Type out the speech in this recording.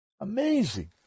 Amazing